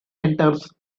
enters